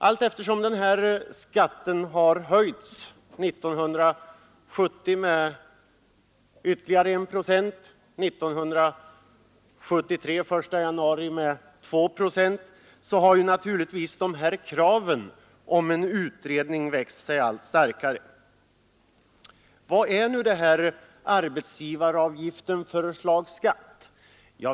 Allteftersom skatten år 1970 höjts med ytterligare 1 procent, 1973 med 2 procent har naturligtvis kraven om en utredning växt sig allt starkare. Vad slags skatt är nu arbetsgivaravgiften?